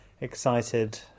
excited